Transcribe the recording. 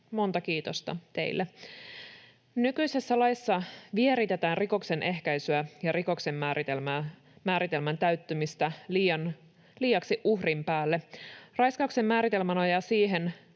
Monta kiitosta teille. Nykyisessä laissa vieritetään rikoksen ehkäisyä ja rikoksen määritelmän täyttymistä liiaksi uhrin päälle. Raiskauksen määritelmä nojaa siihen,